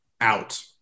out